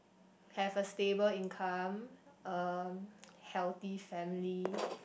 have a stable income uh healthy family